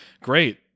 great